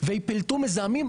ויפלטו מזהמים.